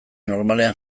normalean